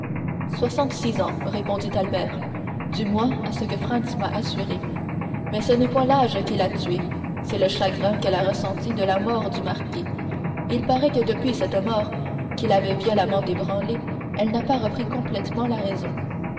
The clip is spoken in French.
soixante-six ans répondit albert du moins à ce que franz m'a assuré mais ce n'est point l'âge qui l'a tuée c'est le chagrin qu'elle a ressenti de la mort du marquis il paraît que depuis cette mort qui l'avait violemment ébranlée elle n'a pas repris complètement la raison